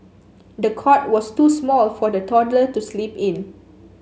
the cot was too small for the toddler to sleep in